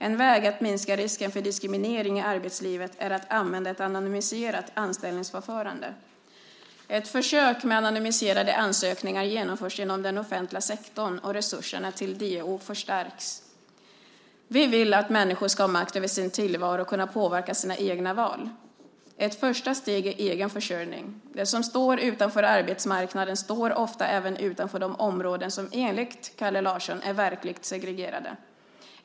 En väg att minska risken för diskriminering i arbetslivet är att använda ett anonymiserat anställningsförfarande. Ett försök med anonymiserade ansökningar genomförs inom den offentliga sektorn, och resurserna till DO förstärks. Vi vill att människor ska ha makt över sin tillvaro och kunna påverka sina egna val. Ett första steg är egenförsörjning. De som står utanför arbetsmarknaden står ofta även utanför de områden som enligt Kalle Larsson är verkligt segregerade.